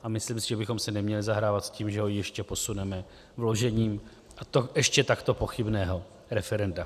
A myslím si, že bychom si neměli zahrávat s tím, že ho ještě posuneme vložením a to ještě takto pochybného referenda.